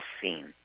scene